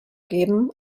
geben